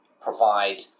provide